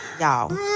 y'all